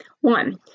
One